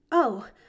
Oh